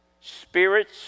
Spirits